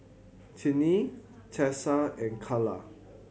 Tinie Tessa and Calla